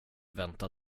vänta